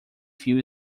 fio